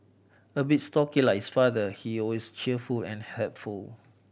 a bit stocky like his father he is always cheerful and helpful